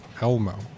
Elmo